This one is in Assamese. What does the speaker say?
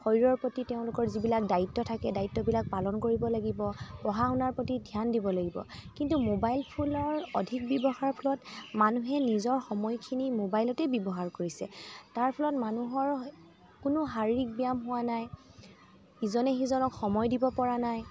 শৰীৰৰ প্ৰতি তেওঁলোকৰ যিবিলাক দায়িত্ব থাকে দায়িত্ববিলাক পালন কৰিব লাগিব পঢ়া শুনাৰ প্ৰতি ধ্যান দিব লাগিব কিন্তু মোবাইল ফোনৰ অধিক ব্যৱহাৰ ফলত মানুহে নিজৰ সময়খিনি মোবাইলতে ব্যৱহাৰ কৰিছে তাৰ ফলত মানুহৰ কোনো শাৰীৰিক ব্যায়াম হোৱা নাই ইজনে সিজনক সময় দিব পৰা নাই